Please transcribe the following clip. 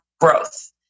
growth